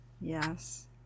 Yes